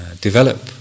develop